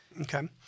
Okay